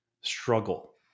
struggle